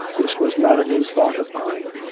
this was not a new thought of mine,